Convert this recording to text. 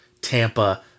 Tampa